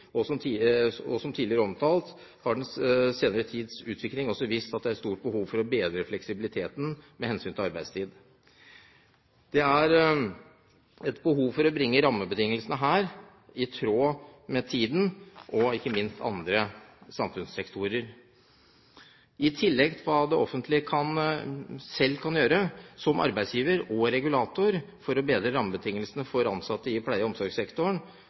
og omsorgssektoren, er det regjeringen som må ta grep i forhold til lønnsutviklingen. Som tidligere omtalt har den senere tids utvikling også vist at det er et stort behov for å bedre fleksibiliteten med hensyn til arbeidstid. Det er et behov for å bringe rammebetingelsene her i tråd med tiden og ikke minst andre samfunnssektorer. I tillegg til hva det offentlige selv kan gjøre som arbeidsgiver og regulator for å bedre rammebetingelsene for ansatte i pleie- og omsorgssektoren,